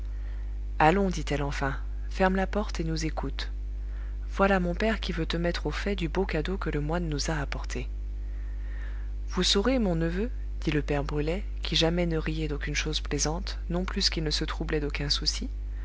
allons dit-elle enfin ferme la porte et nous écoute voilà mon père qui veut te mettre au fait du beau cadeau que le moine nous a apporté vous saurez mon neveu dit le père brulet qui jamais ne riait d'aucune chose plaisante non plus qu'il ne se troublait d'aucun souci